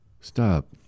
Stop